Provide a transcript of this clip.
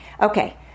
Okay